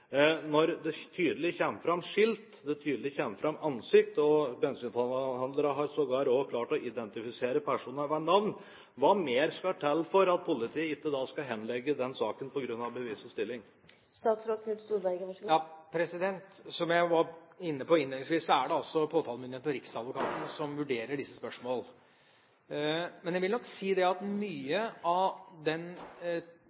Når det tydelig kommer fram skilt, når det tydelig kommer fram ansikt, og bensinforhandlerne har sågar klart å identifisere personene ved navn, hva mer skal til at for at politiet ikke skal henlegge saken på grunn av bevisets stilling? Som jeg var inne på innledningsvis, er det altså påtalemyndighetene og riksadvokaten som vurderer disse spørsmål. Men jeg vil nok si at mange av de teknologiske muligheter vi har, det at